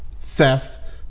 theft